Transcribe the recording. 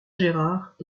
gérard